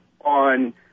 on